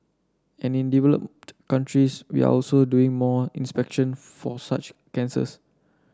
and in developed countries we are also doing more inspection for such cancers